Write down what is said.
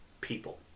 people